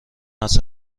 است